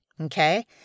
Okay